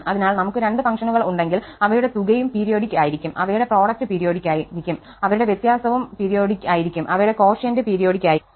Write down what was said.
അതിനാൽ നമുക്ക് രണ്ട് ഫംഗ്ഷനുകൾ ഉണ്ടെങ്കിൽ അവയുടെ തുകയും പീരിയോഡിക് ആയിരിക്കും അവയുടെ പ്രോഡക്റ്റ് പീരിയോഡിക് ആയിരിക്കും അവയുടെ വ്യത്യാസവും പീരിയോഡിക് ആയിരിക്കും അവയുടെ കോഷ്യന്റ് പീരിയോഡിക് ആയിരിക്കും